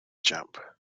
jump